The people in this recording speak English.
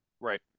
Right